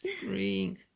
spring